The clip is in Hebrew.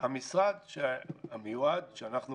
המשרד המיועד שאנחנו